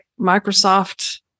Microsoft